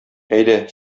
әйдә